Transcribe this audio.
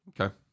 Okay